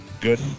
good